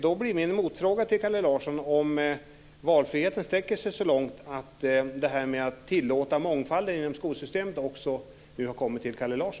Då blir min motfråga till Kalle Larsson: Sträcker sig valfriheten så långt att det här med att tillåta mångfald inom skolsystemet också har nått Kalle